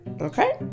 okay